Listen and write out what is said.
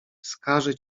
wskaże